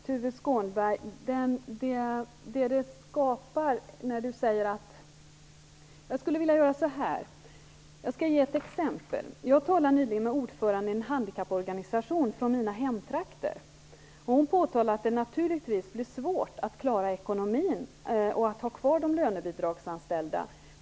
Herr talman! Jag skall ge ett exempel. Jag talade nyligen med ordföranden i en handikapporganisation från mina hemtrakter. Hon påtalade att det naturligtvis blir svårt att klara ekonomin och att ha kvar de lönebidragsanställda.